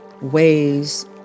ways